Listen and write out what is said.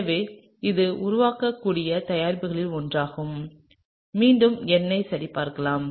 எனவே இது உருவாக்கக்கூடிய தயாரிப்புகளில் ஒன்றாகும் மீண்டும் எண்ணை சரிபார்க்கலாம்